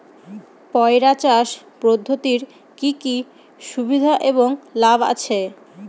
পয়রা চাষ পদ্ধতির কি কি সুবিধা এবং লাভ আছে?